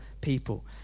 people